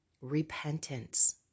repentance